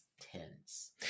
tense